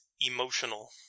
emotional